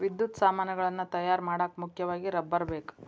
ವಿದ್ಯುತ್ ಸಾಮಾನುಗಳನ್ನ ತಯಾರ ಮಾಡಾಕ ಮುಖ್ಯವಾಗಿ ರಬ್ಬರ ಬೇಕ